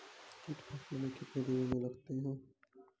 कीट फसलों मे कितने दिनों मे लगते हैं?